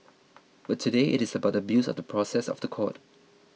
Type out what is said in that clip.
but today it is about the abuse of the process of the court